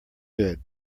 good